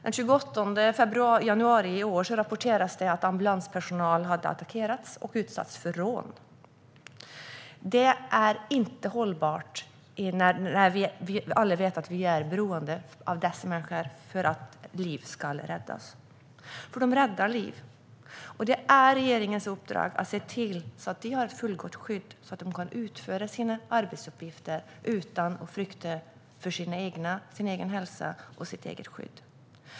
Den 28 januari i år rapporterades att ambulanspersonal hade attackerats och utsatts för rån. Detta är inte hållbart när vi alla vet att vi är beroende av dessa människor för att liv ska räddas. För de räddar liv. Det är regeringens uppdrag att se till att de har ett fullgott skydd så att de kan utföra sina arbetsuppgifter utan att frukta för sin egen hälsa och sitt eget skydd.